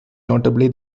notably